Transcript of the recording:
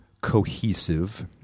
cohesive